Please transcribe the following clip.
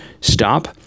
Stop